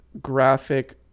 graphic